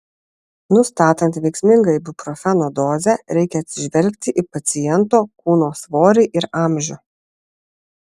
nustatant veiksmingą ibuprofeno dozę reikia atsižvelgti į paciento kūno svorį ir amžių